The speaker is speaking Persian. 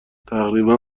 تقریبا